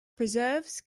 preserves